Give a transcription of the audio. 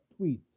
tweets